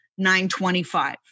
925